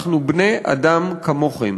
אנחנו בני-אדם כמוכם,